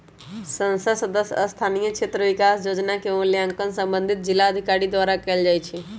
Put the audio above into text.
संसद सदस्य स्थानीय क्षेत्र विकास जोजना के मूल्यांकन संबंधित जिलाधिकारी द्वारा कएल जाइ छइ